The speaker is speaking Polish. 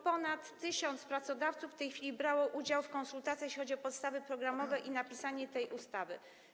Ponad 1000 pracodawców w tej chwili brało udział w konsultacjach, jeśli chodzi o podstawy programowe i napisanie tej ustawy.